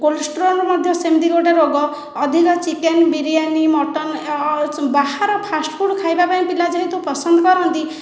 cholesterol ମଧ୍ୟ ସେମିତି ଗୋଟିଏ ରୋଗ ଅଧିକ ଚିକେନ ବିରିୟାନୀ ମଟନ ବାହାର ଫାଷ୍ଟ ଫୂଡ଼୍ ଖାଇବା ପାଇଁ ପିଲା ଯେହେତୁ ପସନ୍ଦ କରନ୍ତି